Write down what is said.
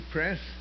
Press